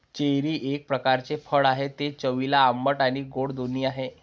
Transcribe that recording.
cherry एक प्रकारचे फळ आहे, ते चवीला आंबट आणि गोड दोन्ही आहे